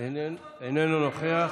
איננו נוכח,